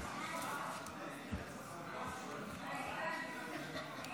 ההצעה להעביר את הצעת חוק